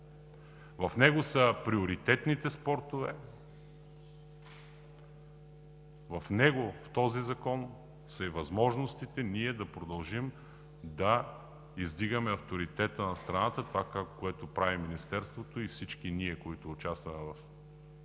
в него са приоритетните спортове, в този Закон са и възможностите ние да продължим да издигаме авторитета на страната – това, което прави Министерството, и всички ние, които участваме в това